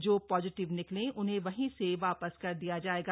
जो पॉजिटिव निकले उन्हें वहीं से वापस कर दिया जाएगा